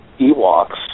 Ewoks